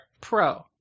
Pro